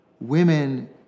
women